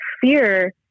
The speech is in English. fear